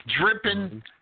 dripping